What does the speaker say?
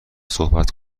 صحبت